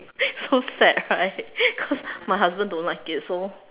so sad right cause my husband don't like it so